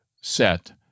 set